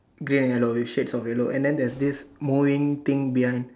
grey and yellow with shades of yellow and then there's this mowing thing behind